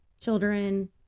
children